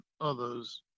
others